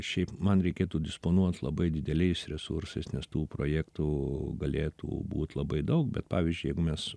šiaip man reikėtų disponuot labai dideliais resursais nes tų projektų galėtų būt labai daug bet pavyzdžiui jeigu mes